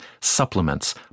supplements